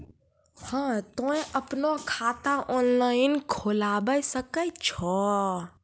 हाँ तोय आपनो खाता ऑनलाइन खोलावे सकै छौ?